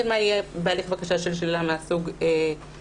מה יהיה בהליך בקשה של שלילה מהסוג הזה.